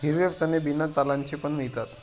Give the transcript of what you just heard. हिरवे चणे बिना सालांचे पण मिळतात